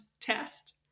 test